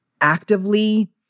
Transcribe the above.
actively